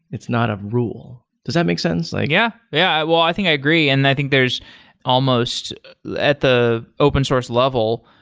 it's not a rule. does that make sense? like yeah yeah. well, i think i agree and i think there's almost at the open source level,